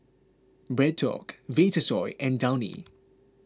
BreadTalk Vitasoy and Downy